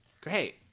Great